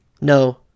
No